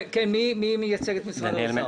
מי מייצג את משרד האוצר?